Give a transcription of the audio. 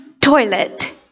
toilet